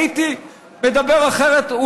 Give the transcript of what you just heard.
הייתי מדבר אחרת,